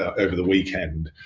over the weekend,